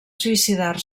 suïcidar